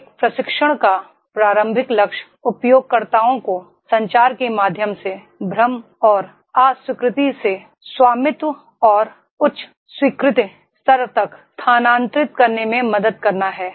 एक प्रशिक्षण का प्राथमिक लक्ष्य उपयोगकर्ताओं को संचार के माध्यम से भ्रम और आस्वीकृति से स्वामित्व और उच्च स्वीकृति स्तर तक स्थानांतरित करने में मदद करना है